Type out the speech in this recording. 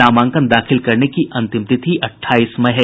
नामांकन दाखिल करने की अंतिम तिथि अठाईस मई है